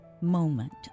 moment